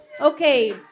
Okay